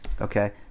Okay